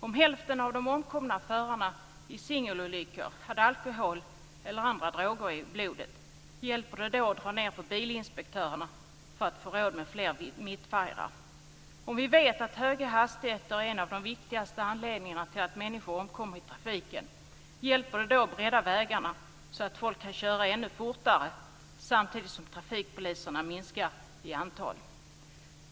Om hälften av de omkomna förarna i singelolyckor hade alkohol eller andra droger i blodet, hjälper det då att dra ned på bilinspektörerna för att få råd med fler mittvajrar? Om vi vet att höga hastigheter är en av de viktigaste anledningarna till att människor omkommer i trafiken, hjälper det då att bredda vägarna så att folk kan köra ännu fortare, samtidigt som trafikpoliserna minskar i antal?